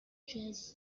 jazz